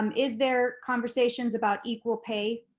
um is there conversations about equal pay?